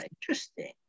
interesting